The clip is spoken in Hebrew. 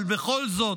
אבל בכל זאת,